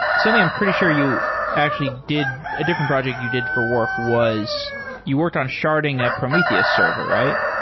something i'm pretty sure you actually did a different project you did for work was you worked on sharding a prometheus server, right?